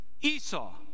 Esau